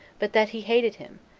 but that he hated him,